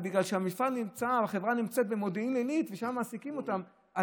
אבל בגלל שהמפעל או החברה נמצאת במודיעין עילית ושם מעסיקים אותם,